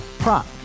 Prop